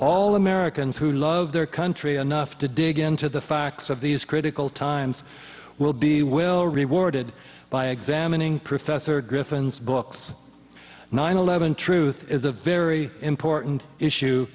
all americans who love their country enough to dig into the facts of these critical times will be well rewarded by examining professor griffin's books nine eleven truth is a very important issue